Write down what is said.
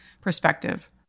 perspective